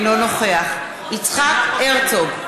אינו נוכח יצחק הרצוג,